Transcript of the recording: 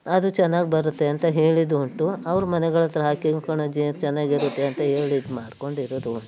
ಅದು ಚೆನ್ನಾಗಿ ಬರುತ್ತೆ ಅಂತ ಹೇಳಿದ್ದು ಉಂಟು ಅವ್ರ ಮನೆಗಳ ಹತ್ರ ಹಾಕಿ ಹ್ಞೂ ಕಣಜ್ಜಿ ಅದು ಚೆನ್ನಾಗಿರುತ್ತೆ ಅಂತ ಹೇಳಿ ಇದು ಮಾಡ್ಕೊಂಡಿರೋದು ಉಂಟು